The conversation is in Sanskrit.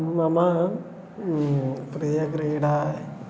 मम प्रियक्रीडा इति